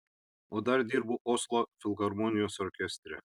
o dar dirbu oslo filharmonijos orkestre